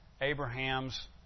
Abraham's